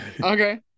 Okay